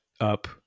up